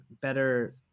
better